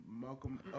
Malcolm